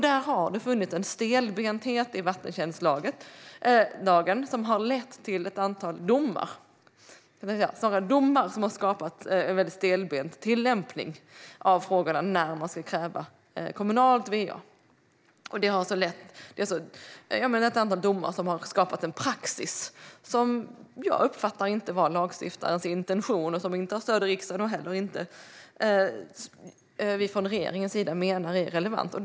Där har det funnits domar som har skapat en väldigt stelbent tillämpning av frågan när krav på anslutning till kommunalt va-nät ska ställas. Det är alltså ett antal domar som har skapat en praxis som jag uppfattar inte var lagstiftarens intentioner, som inte har stöd i riksdagen och som inte heller vi från regeringens sida menar är relevant.